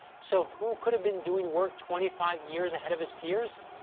so, who could have been doing work twenty five years ahead of his peers?